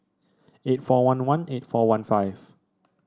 eight four one one eight four one five